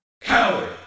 Coward